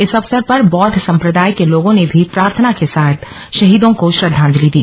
इस अवसर पर बौद्व सम्प्रदाय के लोगों ने भी प्रार्थना के साथ शहीदों को श्रद्वांजलि दी